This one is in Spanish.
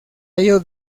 ello